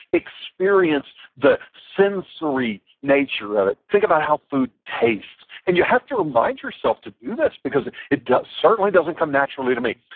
experience the sensory nature of it. think about how food tastes. and you have to remind yourself to do this, because it certainly doesn't come naturally to me.